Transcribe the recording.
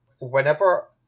whenever